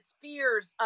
fears